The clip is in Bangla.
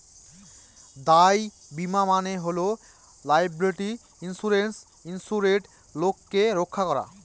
দায় বীমা মানে হল লায়াবিলিটি ইন্সুরেন্সে ইন্সুরেড লোককে রক্ষা করা